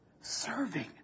serving